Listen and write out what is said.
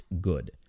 good